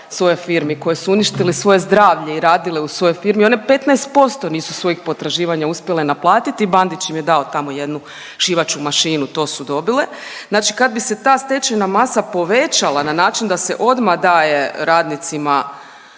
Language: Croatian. svojoj firmi, koje su uništile svoje zdravlje i radile u svojoj firmi one 15% nisu svojih potraživanja uspjele naplatiti i Bandić im je dao tamo jednu šivaću mašinu, to su dobile. Znači kad bi se ta stečajna masa povećala na način da se odmah daje radnicima